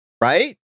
Right